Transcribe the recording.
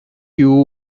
you